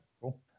Cool